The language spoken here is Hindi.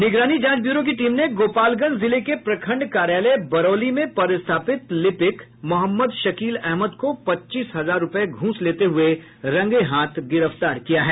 निगरानी जांच ब्यूरो की टीम ने गोपालगंज जिले के प्रखंड कार्यालय बरौली में पदस्थापित लिपिक मोहम्मद शकील अहमद को पच्चीस हजार रूपये घूस लेते हुये रंगेहाथ गिरफ्तार किया है